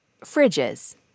Fridges